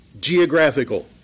geographical